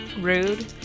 rude